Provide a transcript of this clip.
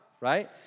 right